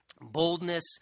boldness